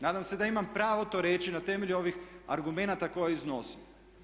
Nadam se da imamo pravo to reći na temelju ovih argumenata koje iznosim.